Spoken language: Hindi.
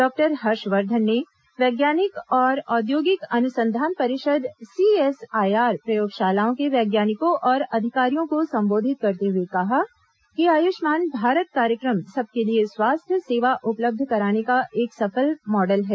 डॉक्टर हर्षवर्धन ने वैज्ञानिक और औद्योगिक अनुसंधान परिषद सीएसआईआर प्रयोगशालाओं के वैज्ञानिकों और अधिकारियों को संबोधित करते हुए कहा कि आयुष्मान भारत कार्यक्रम सबके लिये स्वास्थ्य सेवा उपलब्ध कराने का एक सफल मॉडल है